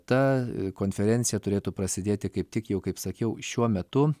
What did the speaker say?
ta konferencija turėtų prasidėti kaip tik jau kaip sakiau šiuo metu